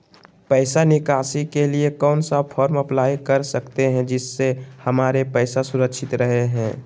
पैसा निकासी के लिए कौन सा फॉर्म अप्लाई कर सकते हैं जिससे हमारे पैसा सुरक्षित रहे हैं?